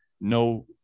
no